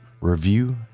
review